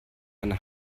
eine